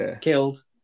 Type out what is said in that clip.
killed